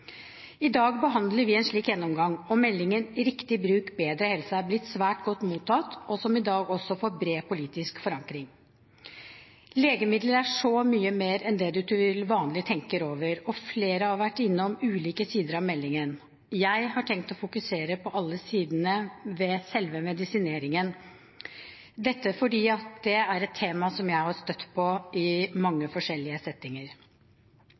I dag behandler vi en slik gjennomgang. Meldingen «Riktig bruk – bedre helse» er blitt svært godt mottatt og får i dag også bred politisk forankring. Legemidler er så mye mer enn det en til vanlig tenker over, og flere har vært innom ulike sider av meldingen. Jeg har tenkt å fokusere på alle sidene ved selve medisineringen, dette fordi det er et tema som jeg har støtt på i mange forskjellige settinger.